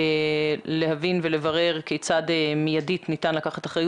אני רוצה להכניס דברים לפרופורציות כי נזרקו